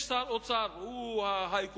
יש שר האוצר, והוא הHigh-Commissioner,